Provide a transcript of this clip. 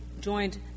joined